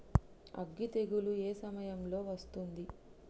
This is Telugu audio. అగ్గి తెగులు ఏ సమయం లో వస్తుంది?